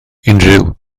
unrhyw